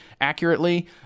accurately